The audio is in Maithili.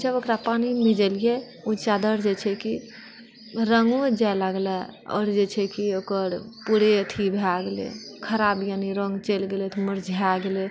जब ओकरा पानीमे भिजेलियै ओ चादर जे छै कि रङ्गो जाइ लगले आओर जे छैकि ओकर पूरे अथी भए गेलय खराप यानि रङ्ग चलि गेलय मुरझा गेलय